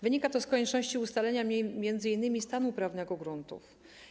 Wynika to z konieczności ustalenia m.in. stanu prawnego gruntów.